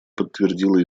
подтвердила